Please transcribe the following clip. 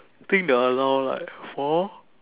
think they allow like four